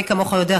מי כמוך יודע,